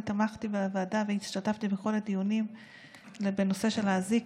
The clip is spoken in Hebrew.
אני תמכתי בוועדה והשתתפתי בכל הדיונים בנושא של האזיק,